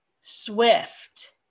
swift